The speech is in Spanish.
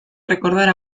recordar